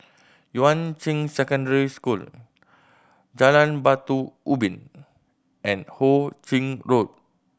Yuan Ching Secondary School Jalan Batu Ubin and Ho Ching Road